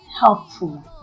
helpful